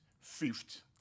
fifth